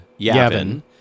Yavin